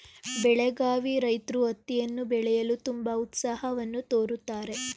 ಬೆಳಗಾವಿ ರೈತ್ರು ಹತ್ತಿಯನ್ನು ಬೆಳೆಯಲು ತುಂಬಾ ಉತ್ಸಾಹವನ್ನು ತೋರುತ್ತಾರೆ